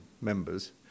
members